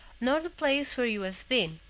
nor the place where you have been.